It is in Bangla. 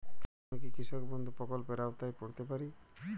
আমি কি কৃষক বন্ধু প্রকল্পের আওতায় পড়তে পারি?